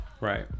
Right